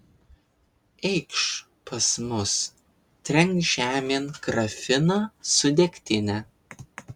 eikš pas mus trenk žemėn grafiną su degtine